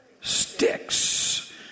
sticks